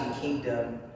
kingdom